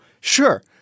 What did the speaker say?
Sure